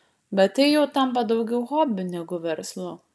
bet tai jau tampa daugiau hobiu negu verslu